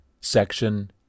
section